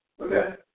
Okay